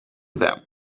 them